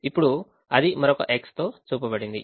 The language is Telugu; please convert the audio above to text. ఇప్పుడు అది మరొక X చే చూపబడింది